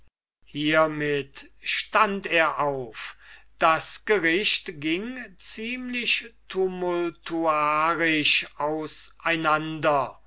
hiermit stund er auf das gericht ging ziemlich tumultuarisch auseinander